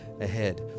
ahead